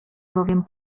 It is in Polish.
bowiem